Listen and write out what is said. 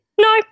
No